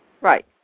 Right